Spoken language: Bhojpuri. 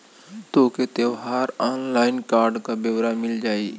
तोके तोहर ऑनलाइन कार्ड क ब्योरा मिल जाई